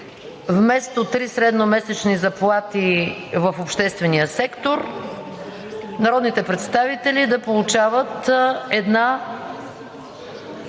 вместо „три средномесечни заплати в обществения сектор“ народните представители да получават „една